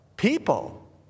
people